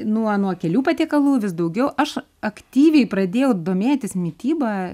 nuo nuo kelių patiekalų vis daugiau aš aktyviai pradėjau domėtis mityba